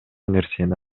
нерсени